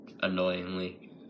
annoyingly